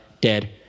dead